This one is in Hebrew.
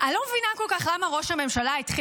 אני לא מבינה כל כך למה ראש הממשלה התחיל